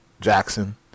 jackson